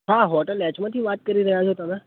હા હોટલ એચમાંથી વાત કરી રહ્યા છો તમે